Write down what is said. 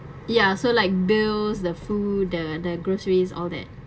ya so like bills the food the the groceries all that